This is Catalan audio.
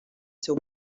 seu